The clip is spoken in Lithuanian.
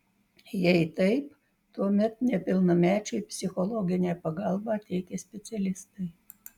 jei taip tuomet nepilnamečiui psichologinę pagalbą teikia specialistai